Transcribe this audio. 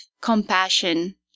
compassion